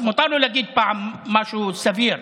מותר לו להגיד פעם משהו סביר.